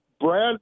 Brad